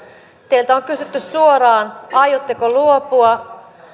teiltä on kysytty suoraan aiotteko luopua